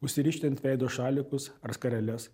užsirišti ant veido šalikus ar skareles